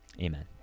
Amen